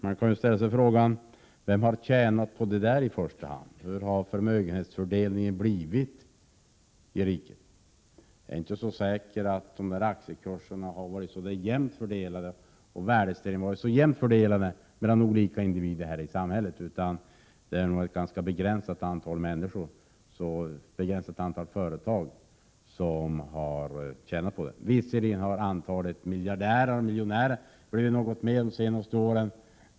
Man kan ju ställa sig frågan om vem som i första hand har tjänat på det. Hur har förmögenhetsfördelningen blivit i riket? Jag är inte så säker på att aktiekurserna har varit jämt fördelade och att värdestegringen har varit jämnt fördelad mellan olika individer i samhället. Det har nog varit ett begränsat antal människor och företag som har tjänat på det. Antalet miljardärer och miljonärer har visserligen ökat något under de senaste åren.